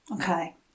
Okay